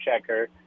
checker